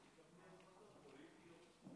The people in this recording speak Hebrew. כבוד היושב-ראש, חברי וחברות הכנסת,